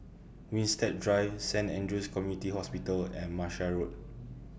Winstedt Drive Saint Andrew's Community Hospital and Martia Road